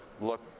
look